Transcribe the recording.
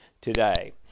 today